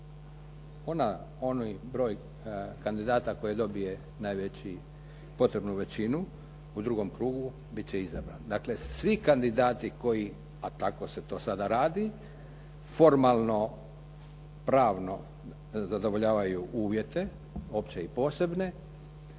Onaj broj kandidata koji dobije potrebnu većinu u drugom krugu bit će izabran, dakle svi kandidati koji a tako se to sada radi, formalno pravno zadovoljavaju uvjete opće i posebne,